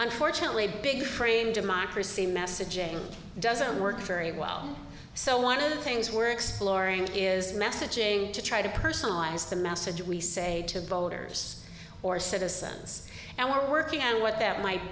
unfortunately big frame democracy messaging doesn't work very well so one of the things we're exploring is messaging to try to personalize the message we say to voters or citizens and we're working on what that might